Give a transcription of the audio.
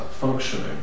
functioning